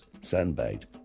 sandbagged